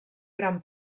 gran